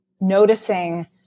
Noticing